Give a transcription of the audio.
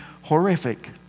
horrific